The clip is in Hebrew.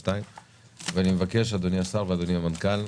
14:00. אני מבקש אדוני השר ואדוני המנכ"ל,